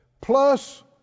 plus